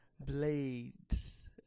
Blades